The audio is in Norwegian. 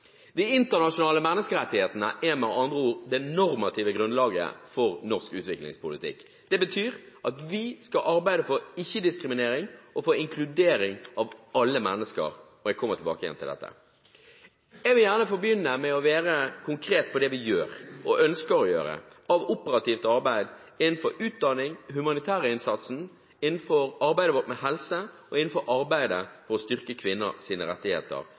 De internasjonale menneskerettighetene er med andre ord det normative grunnlaget for norsk utviklingspolitikk. Det betyr at vi skal arbeide for ikke-diskriminering og for inkludering av alle mennesker, og jeg kommer tilbake til dette. Jeg vil gjerne få begynne med å være konkret på det vi gjør og ønsker å gjøre av operativt arbeid innenfor utdanning, den humanitære innsatsen og arbeidet vårt med helse og for å styrke kvinners rettigheter.